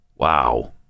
Wow